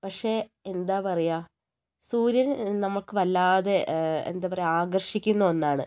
പക്ഷേ എന്താ പറയാ സൂര്യന് നമുക്ക് വല്ലാതെ എന്താ പറയാ ആകർഷിക്കുന്ന ഒന്നാണ്